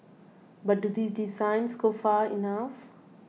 but do these designs go far enough